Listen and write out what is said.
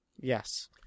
Yes